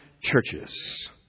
churches